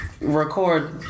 Record